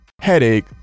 headache